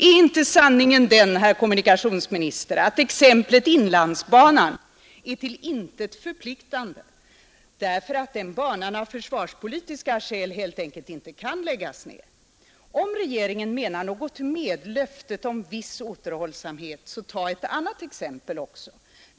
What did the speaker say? Är inte sanningen den, herr kommunikationsminister, att exemplet inlandsbanan är till intet förpliktande därför att den banan av försvarspolitiska skäl helt enkelt inte kan läggas ned. Om regeringen menar något med löftet om viss återhållsamhet, så ta ett annat exempel också.